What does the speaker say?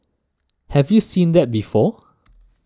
have you seen that before